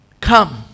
Come